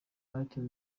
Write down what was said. united